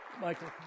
Michael